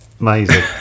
amazing